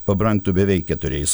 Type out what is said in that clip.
pabrangtų beveik keturiais